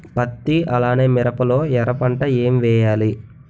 పత్తి అలానే మిరప లో ఎర పంట ఏం వేయాలి?